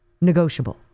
negotiable